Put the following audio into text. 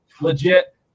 legit